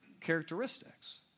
characteristics